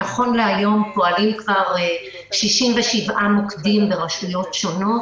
נכון להיום פועלים כבר 67 מוקדים ברשויות שונות,